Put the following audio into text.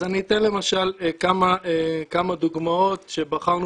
אז אני אתן למשל כמה דוגמאות שבחרנו